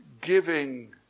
giving